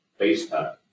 FaceTime